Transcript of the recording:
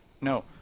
No